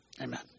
amen